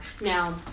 Now